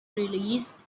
released